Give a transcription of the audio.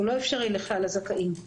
הוא לא אפשרי לכלל הזכאים.